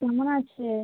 কেমন আছিস